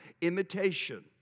Imitation